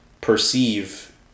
perceive